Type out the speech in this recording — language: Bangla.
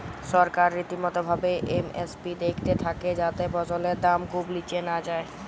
সরকার রীতিমতো ভাবে এম.এস.পি দ্যাখতে থাক্যে যাতে ফসলের দাম খুব নিচে না যায়